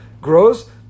grows